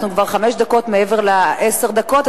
אנחנו כבר חמש דקות מעבר לעשר דקות.